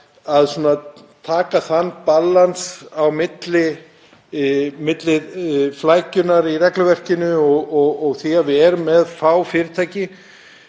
að taka þann ballans á milli flækjunnar í regluverkinu og þess að við erum með fá fyrirtæki.